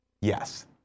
Yes